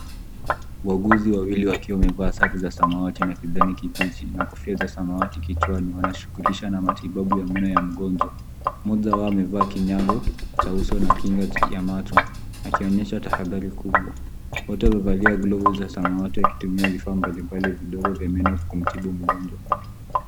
Wauguzi wawili wakiwa wamevaa sare za samawati na kijani kibichi na kofia za samawati kichwani wanashughulisha na matibabu ya meno mgonjwa. Mmoja wao amevaa kinyago cha uso na kinga ya macho akionyesha tahadhari kubwa. Wote wamevalia glavu za samawati wakitumia vifaa mbalimbali vidogo vya meno kumtibu mgonjwa.